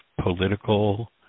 political